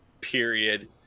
period